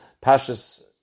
Pashas